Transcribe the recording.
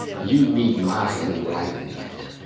you need my enlightenment.